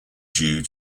due